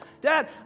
Dad